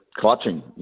clutching